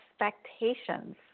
expectations